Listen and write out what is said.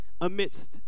amidst